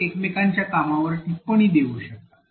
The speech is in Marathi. ते एकमेकांच्या कामावर टिप्पणी देऊ शकतात